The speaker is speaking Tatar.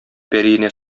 пәриенә